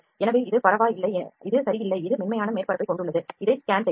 எனவே இது பரவாயில்லை இது சரியில்லை இது மென்மையான மேற்பரப்பைக் கொண்டுள்ளது இதை ஸ்கேன் செய்யலாம்